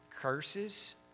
curses